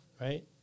right